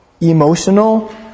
emotional